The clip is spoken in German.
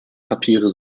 papiere